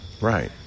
Right